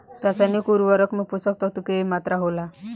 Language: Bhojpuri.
रसायनिक उर्वरक में पोषक तत्व के की मात्रा होला?